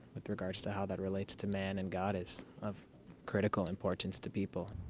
with regards to how that relates to man and god is of critical importance to people.